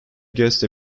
guest